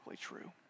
true